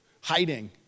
hiding